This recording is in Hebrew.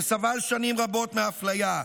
שסבל שנים רבות מאפליה,